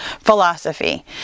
philosophy